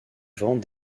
vend